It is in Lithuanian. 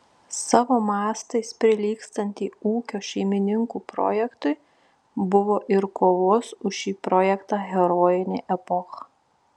savo mastais prilygstantį ūkio šeimininkų projektui buvo ir kovos už šį projektą herojinė epocha